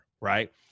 right